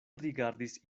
rigardis